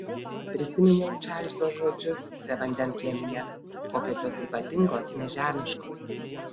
prisiminiau čarlzo žodžius apie vandens lelijas kokios jos ypatingos nežemiškos